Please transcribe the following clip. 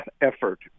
effort